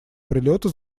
прилета